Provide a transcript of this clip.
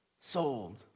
sold